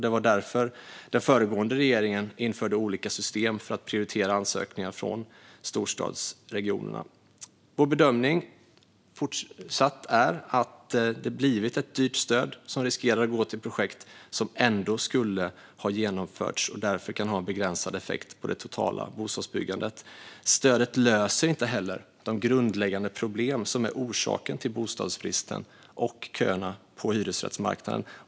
Det var därför den föregående regeringen införde olika system för att prioritera ansökningar från storstadsregionerna. Vår bedömning är även fortsättningsvis att det har blivit ett dyrt stöd som riskerat att gå till projekt som ändå skulle ha genomförts och som därför kan ha en begränsad effekt på det totala bostadsbyggandet. Stödet löser inte heller de grundläggande problem som är orsaken till bostadsbristen och köerna på hyresrättsmarknaden.